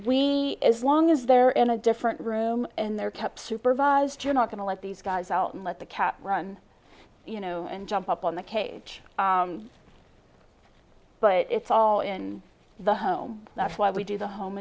we as long as they're in a different room and their cups supervised you're not going to let these guys out and let the cat run you know and jump up on the cage but it's all in the home that's why we do the home